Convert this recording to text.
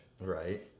right